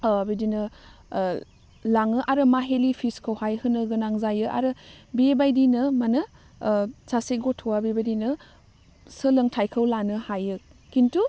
बेदिनो लाङो आरो माहिलि फिसखौहाय होनो गोनां जायो आरो बेबायदिनो मानो सासे गथ'वा बेबायदिनो सोलोंथाइखौ लानो हायो खिन्थु